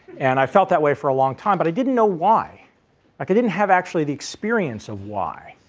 and i felt that way for a long time, but i didn't know why? like i didn't have actually the experience of why.